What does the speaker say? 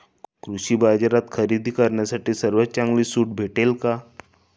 कृषी बाजारात खरेदी करण्यासाठी सर्वात चांगली सूट भेटेल का?